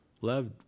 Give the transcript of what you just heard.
loved